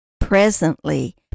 Presently